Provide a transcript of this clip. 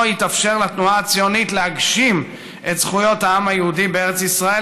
יתאפשר לתנועה הציונית להגשים את זכויות העם היהודי בארץ ישראל,